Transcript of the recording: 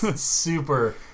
super